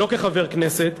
לא כחבר כנסת,